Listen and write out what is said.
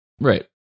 right